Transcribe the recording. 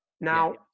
Now